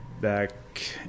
back